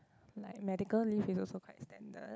like medical leave is also quite standard